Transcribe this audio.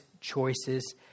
choices